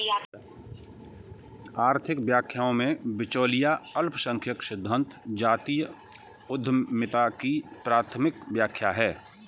आर्थिक व्याख्याओं में, बिचौलिया अल्पसंख्यक सिद्धांत जातीय उद्यमिता की प्राथमिक व्याख्या है